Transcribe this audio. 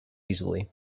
easily